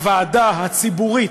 הוועדה הציבורית,